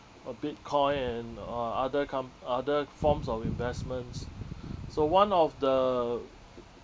uh bitcoin and uh other com~ other forms of investments so one of the